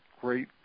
great